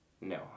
no